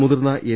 മുതിർന്ന എൻ